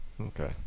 Okay